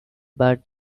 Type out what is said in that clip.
but